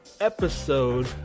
episode